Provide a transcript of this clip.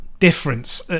Difference